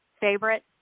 favorite